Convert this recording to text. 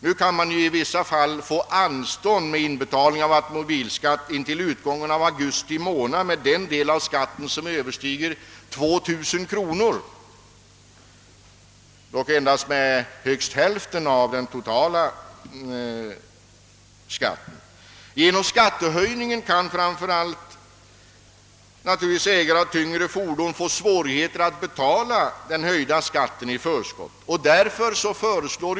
För närvarande kan man i vissa fall få anstånd intill utgången av augusti månad med erläggande av den del av fordonsskat ten som överstiger 2000 kronor, dock endast med högst hälften av den totala skatten. Höjningen av skatten kommer genom denna bestämmelse att medföra att framför allt ägare av tyngre fordon kan få svårigheter att i förskott erlägga skatten.